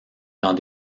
dans